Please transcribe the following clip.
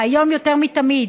והיום יותר מתמיד,